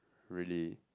really